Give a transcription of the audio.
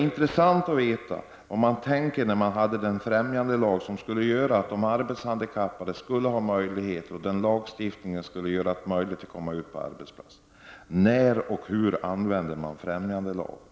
Främjandelagen skulle göra det möjligt för dessa att komma ut på arbetsmarknaden. Det skulle vara intressant att veta när och hur man använder främjandelagen.